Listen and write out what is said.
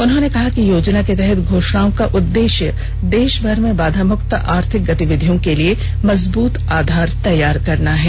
उन्होंने कहा कि योजना के तहत घोषणाओं का उद्देश्य देशभर में बाधामुक्त आर्थिक गतिविधियों के लिए मजबूत आधार तैयार करना है